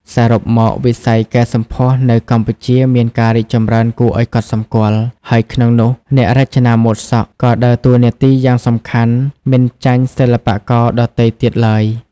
សរុបមក វិស័យកែសម្ផស្សនៅកម្ពុជាមានការរីកចម្រើនគួរឱ្យកត់សម្គាល់ ហើយក្នុងនោះ អ្នករចនាម៉ូដសក់ ក៏ដើរតួនាទីយ៉ាងសំខាន់មិនចាញ់សិល្បករដទៃទៀតឡើយ។